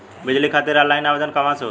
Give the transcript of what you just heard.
बिजली खातिर ऑनलाइन आवेदन कहवा से होयी?